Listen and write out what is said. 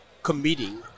Committing